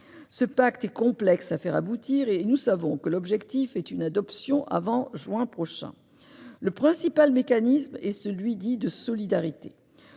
Ce pacte est complexe à faire aboutir, et nous savons que l'objectif est une adoption avant juin prochain. Le principal mécanisme est celui qui est dit de solidarité.